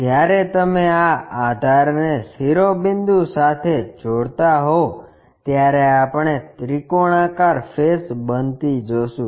જ્યારે તમે આ આધારને શિરોબિંદુ સાથે જોડતા હોવ ત્યારે આપણે ત્રિકોણાકાર ફેસ બનતી જોશું